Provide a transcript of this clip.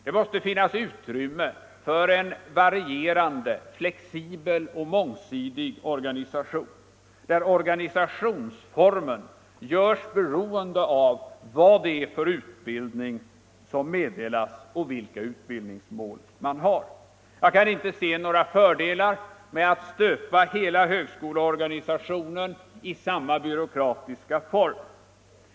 Det måste finnas utrymme för en varierande, flexibel och mångsidig orga nisation, där organisationsformen görs beroende av vad det är för ut bildning som meddelas och vilka utbildningsmål man har. Jag kan inte se några fördelar med att stöpa hela högskoleorganisationen i samma byråkratiska form.